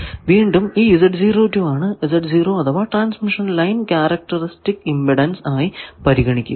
വീണ്ടും ഈ ആണ് അഥവാ ട്രാൻസ്മിഷൻ ലൈൻ ക്യാരക്ടറിസ്റ്റിക് ഇമ്പിഡൻസ് ആയി പരിഗണിക്കുക